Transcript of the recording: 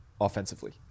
Offensively